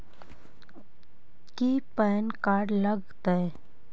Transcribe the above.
की PAN card लग तै?